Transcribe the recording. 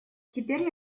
теперь